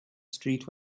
street